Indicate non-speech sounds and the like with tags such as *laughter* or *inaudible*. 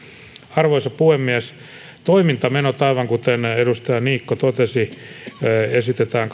arvoisa puhemies toimintamenoihin aivan kuten edustaja niikko totesi esitetään *unintelligible*